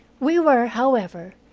we were, however,